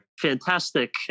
fantastic